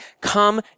come